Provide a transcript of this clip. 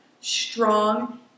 strong